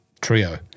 trio